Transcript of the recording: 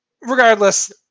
Regardless